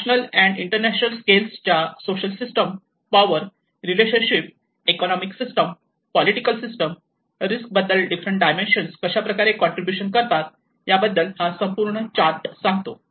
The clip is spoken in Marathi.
नॅशनल अँड इंटरनॅशनल स्केल च्या social system power relationship economic system political system risk बद्दल डिफरंट डायमेन्शन्स कशाप्रकारे कॉन्ट्रीब्युशन करतात याबद्दल हा संपूर्ण चार्ट सांगतो